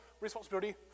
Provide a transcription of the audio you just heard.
responsibility